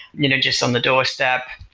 you know just on the doorstep.